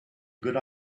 good